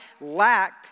lacked